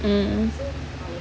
um